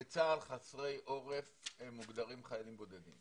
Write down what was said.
בצה"ל חסרי עורף מוגדרים חיילים בודדים.